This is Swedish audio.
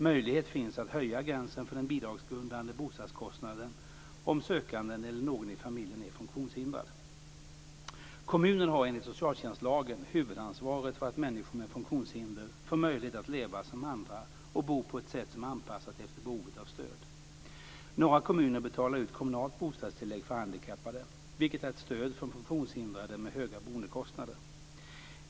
Möjlighet finns att höja gränsen för den bidragsgrundande bostadskostnaden om sökanden eller någon i familjen är funktionshindrad. Kommunen har enligt socialtjänstlagen huvudansvaret för att människor med funktionshinder får möjlighet att leva som andra och bo på ett sätt som är anpassat efter behovet av stöd. Några kommuner betalar ut kommunalt bostadstillägg för handikappade , vilket är ett stöd för funktionshindrade med höga boendekostnader.